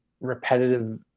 repetitive